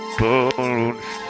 bones